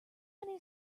many